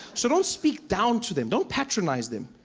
so don't speak down to them, don't patronize them.